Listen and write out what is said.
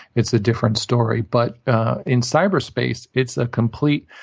it's a different story. but ah in cyber space, it's a complete